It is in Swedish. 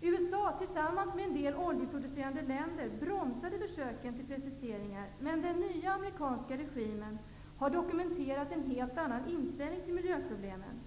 USA, tillsammans med en del oljeproducerande länder, bromsade försöken till preciseringar. Men den nya amerikanska regimen har dokumenterat en helt annan inställning till miljöproblemen.